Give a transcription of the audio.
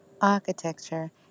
architecture